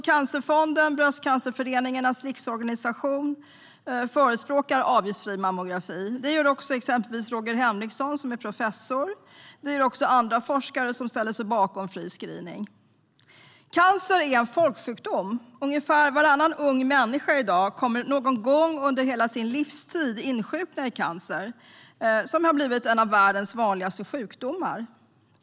Cancerfonden och Bröstcancerföreningarnas riksorganisation förespråkar avgiftsfri mammografi. Det gör också till exempel Roger Henriksson som är professor. Det gör också andra forskare som ställer sig bakom fri screening. Cancer är en folksjukdom. Ungefär varannan ung människa i dag kommer någon gång under sin livstid att insjukna i cancer, som därmed har blivit en av världens vanligaste sjukdomar.